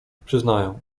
przyznaję